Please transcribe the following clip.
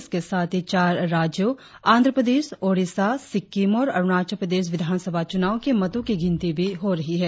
इसके साथ ही चार राज्यों आंध्रप्रदेश ओड़ीसा सिक्किम और अरुणाचल प्रदेश विधानसभा चुनाव के मतों की गिनती भी हो रही है